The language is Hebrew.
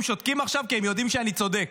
שותקת עכשיו היא כי הם יודעים שאני צודק.